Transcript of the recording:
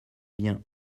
bien